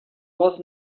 was